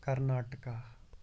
Karnataka